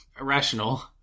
Irrational